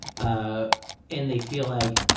ah and they feel like,